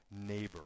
neighbor